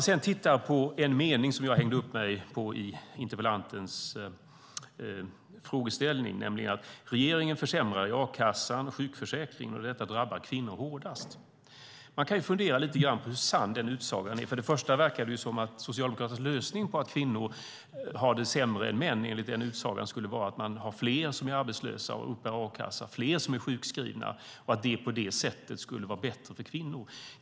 Det var en passus i interpellantens fråga hängde jag på mig på: "Regeringens försämringar i a-kassan och sjukförsäkringen har drabbat kvinnor hårdast." Man kan fundera lite grann på hur sann den utsagan är. Först och främst verkar det som om Socialdemokraternas lösning på att kvinnor har det sämre än män enligt den utsagan skulle vara att man har fler som är arbetslösa och uppbär a-kassa, fler som är sjukskrivna, att det skulle vara bättre för kvinnor.